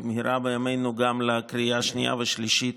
במהרה בימינו, גם לקריאה שנייה ושלישית.